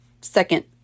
second